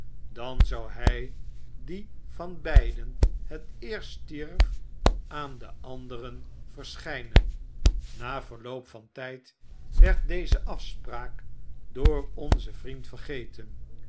dan zou hy die van beiden het eerst stierf aan den anderen verschjnen na verloop van tyd werd deze afspraak door onzen vriend verge